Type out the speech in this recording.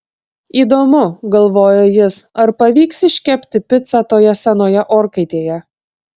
įdomu galvojo jis ar pavyks iškepti picą toje senoje orkaitėje